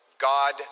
God